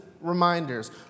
reminders